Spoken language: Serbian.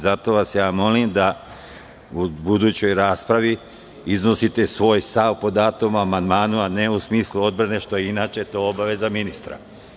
Zato vas molim da u budućoj raspravi iznosite svoj stav po datom amandmanu, a ne u smislu odbrane, što je inače obaveza ministra.